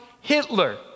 Hitler